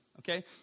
Okay